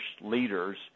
leaders